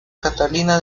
catalina